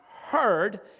heard